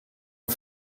een